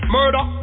Murder